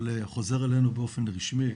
אבל חוזר אלינו באופן רשמי.